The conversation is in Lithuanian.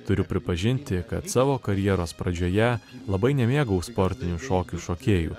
turiu pripažinti kad savo karjeros pradžioje labai nemėgau sportinių šokių šokėjų